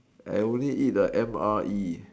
I only eat the M_R_E